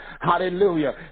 Hallelujah